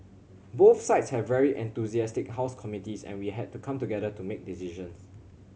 both sides have very enthusiastic house committees and we had to come together to make decisions